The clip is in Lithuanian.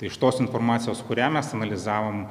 iš tos informacijos kurią mes analizavom